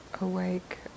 awake